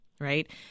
right